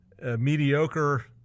mediocre